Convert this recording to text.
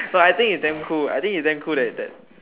so I think it damn cool I think it damn cool that that